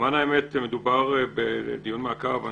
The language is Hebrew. למען האמת, מדובר בדיון מעקב.